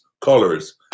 colors